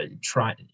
try